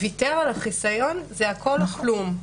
ויתר על החיסיון, זה הכול או כלום.